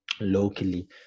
locally